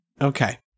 Okay